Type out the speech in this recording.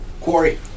Quarry